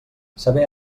saber